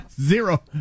Zero